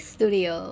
Studio